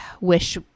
wish